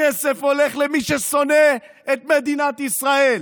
למי ששונא את מדינת ישראל.